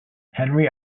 henry